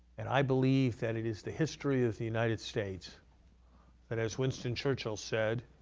and i believe that it is the history of the united states that, as winston churchill said,